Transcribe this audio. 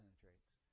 penetrates